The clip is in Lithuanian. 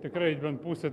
tikrai bent pusę